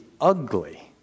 ugly